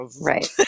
right